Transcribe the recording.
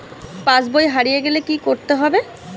পাশবই হারিয়ে গেলে কি করতে হবে?